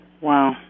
Wow